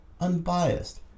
unbiased